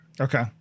Okay